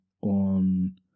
on